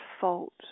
fault